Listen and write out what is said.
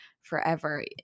forever